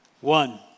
One